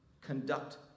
conduct